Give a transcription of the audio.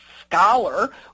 scholar